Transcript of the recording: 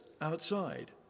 outside